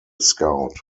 scout